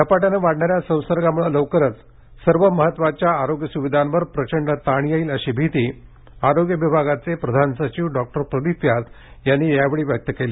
झपाट्याने वाढणाऱ्या संसर्गामुळे लवकरच सर्व महत्त्वाच्या आरोग्य सुविधांवर प्रचंड ताण येईल अशी भीति आरोग्य विभागाचे प्रधान सचिव डॉक्टर प्रदीप व्यास यांनी यावेळी व्यक्त केली